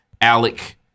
Alec